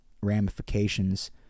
ramifications